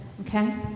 Okay